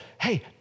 hey